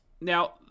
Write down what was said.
now